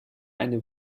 eine